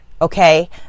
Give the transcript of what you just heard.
okay